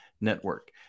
network